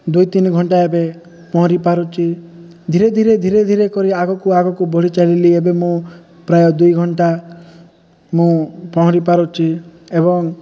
ଦୁଇ ତିନି ଘଣ୍ଟା ଏବେ ପହଁରି ପାରୁଛି ଧୀରେ ଧୀରେ ଧୀରେ ଧୀରେ କରି ଆଗକୁ ଆଗକୁ ବଢ଼ି ଚାଲିଲି ଏବେ ମୁଁ ପ୍ରାୟ ଦୁଇ ଘଣ୍ଟା ମୁଁ ପହଁରି ପାରୁଛି ଏବଂ